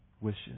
wishes